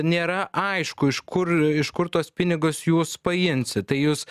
nėra aišku iš kur iš kur tuos pinigus jūs paimsit tai jūs